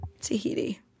Tahiti